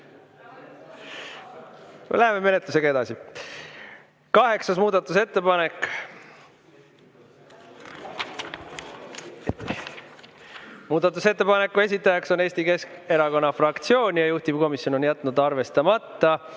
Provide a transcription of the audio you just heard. läheme menetlusega edasi. Kaheksas muudatusettepanek, muudatusettepaneku esitaja on Eesti Keskerakonna fraktsioon, juhtivkomisjon on jätnud arvestamata.